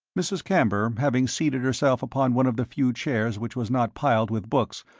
mrs. camber having seated herself upon one of the few chairs which was not piled with books,